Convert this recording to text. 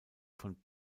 von